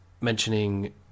mentioning